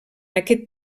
aquest